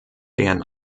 deren